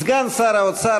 סגן שר האוצר,